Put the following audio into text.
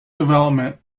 development